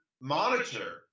monitor